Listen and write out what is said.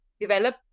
develop